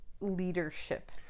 leadership